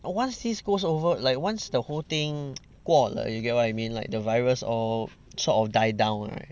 once this goes over like once the whole thing 过了 you get what I mean like the virus all sort of die down right